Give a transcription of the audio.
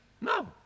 No